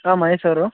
ಹಾಂ ಮಹೇಶ್ ಅವರು